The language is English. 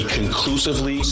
conclusively